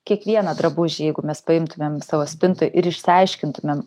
kiekvieną drabužį jeigu mes paimtumėm savo spintoj ir išsiaiškintumėm